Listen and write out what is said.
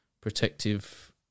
protective